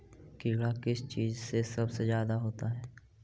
कीड़ा किस चीज से सबसे ज्यादा होता है?